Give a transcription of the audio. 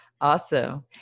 Awesome